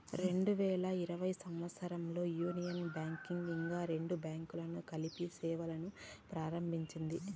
రెండు వేల ఇరవై సంవచ్చరంలో యూనియన్ బ్యాంక్ కి ఇంకా రెండు బ్యాంకులను కలిపి సేవలును ప్రారంభించింది